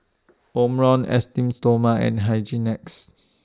Omron Esteem Stoma and Hygin X